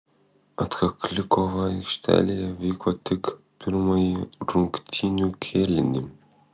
atkakli kova aikštelėje vyko tik pirmąjį rungtynių kėlinį